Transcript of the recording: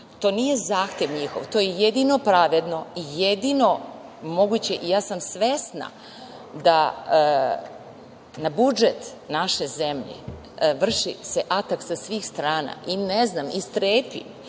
To nije zahtev njihov. To je jedino pravedno, jedino moguće i svesna sam da na budžet naše zemlje se vrši atak sa svih strana i ne znam, strepim